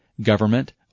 Government